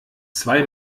zwei